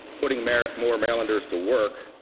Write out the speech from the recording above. putting more more marylanders to work